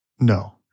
No